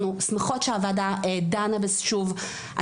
אנחנו שמחות שהוועדה דנה בזה שוב,